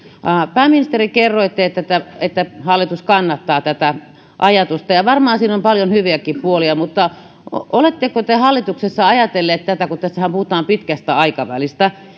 pääministeri kerroitte että hallitus kannattaa tätä ajatusta varmaan siinä on paljon hyviäkin puolia mutta oletteko te hallituksessa ajatelleet kun tässähän puhutaan pitkästä aikavälistä